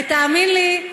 ותאמין לי,